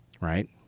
right